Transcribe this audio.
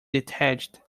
detached